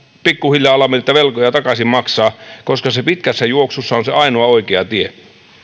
pikkuhiljaa alamme niitä velkoja takaisin maksaa koska se pitkässä juoksussa on se ainoa oikea tie